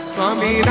Swami